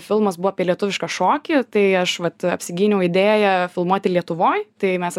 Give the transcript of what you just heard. filmas buvo apie lietuvišką šokį tai aš vat apsigyniau idėją filmuoti lietuvoj tai mes